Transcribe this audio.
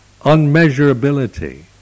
unmeasurability